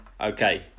Okay